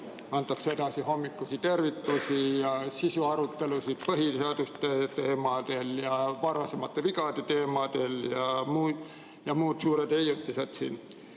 antakse edasi hommikusi tervitusi, sisuarutelusid põhiseaduse teemadel, varasemate vigade teemadel ja on veel muud suured leiutised. Teine